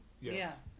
Yes